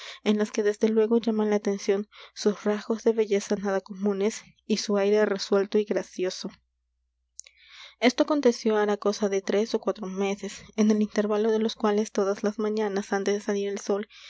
en las que desde luego llaman la atención sus rasgos de belleza nada comunes y su aire resuelto y gracioso esto aconteció hará cosa de tres ó cuatro meses en el intervalo de los cuales todas las mañanas antes de salir el sol